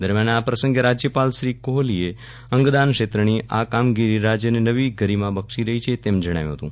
દરમ્યાન આ પ્રસંગે રાજ્યપાલ શ્રી કોહલીએ અંગદાનક્ષેત્રની આ કામગીરી રાજ્યને નવી ગરીમા બક્ષી રહી છે તેમ જણાવ્યું હતું